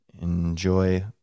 enjoy